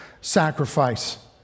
sacrifice